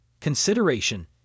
consideration